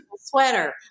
Sweater